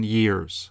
years